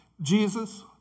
Jesus